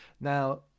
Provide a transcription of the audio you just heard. Now